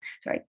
sorry